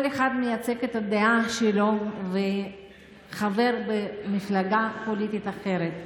כל אחד מייצג את הדעה שלו וחבר במפלגה פוליטית אחרת,